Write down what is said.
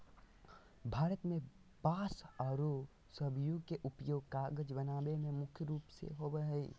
भारत में बांस आरो सबई के उपयोग कागज बनावे में मुख्य रूप से होबो हई